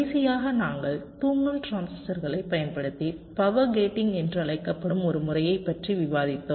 கடைசியாக நாங்கள் தூங்கும் டிரான்சிஸ்டர்களைப் பயன்படுத்தி பவர் கேட்டிங் என்று அழைக்கப்படும் ஒரு முறையைப் பற்றி விவாதித்தோம்